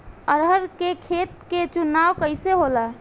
अरहर के खेत के चुनाव कइसे होला?